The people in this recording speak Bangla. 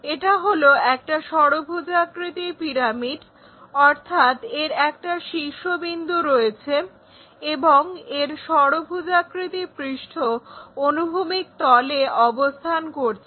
এটা হলো একটা ষড়ভুজাকৃতির পিরামিড অর্থাৎ এর একটা শীর্ষবিন্দু রয়েছে এবং এর ত্রিভুজাকৃতি পৃষ্ঠ অনুভূমিক তলে অবস্থান করছে